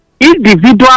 individual